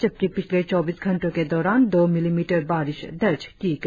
जबकि पिछले चौबीस घंटो के दौरान दो मिलीमीटर बारिश दर्ज किया गया